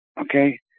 okay